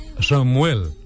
Samuel